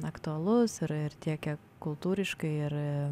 aktualus ir ir tiek kiek kultūriškai ir